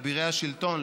אבירי השלטון,